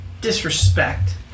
disrespect